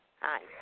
Hi